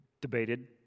debated